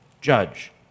judge